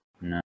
No